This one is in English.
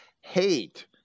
hate